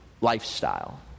lifestyle